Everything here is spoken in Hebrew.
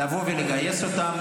לבוא ולגייס אותם,